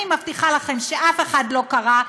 אני מבטיחה לכם שאף אחד לא קרא,